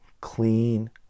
clean